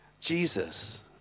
Jesus